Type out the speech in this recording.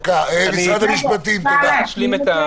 אפשר להשלים?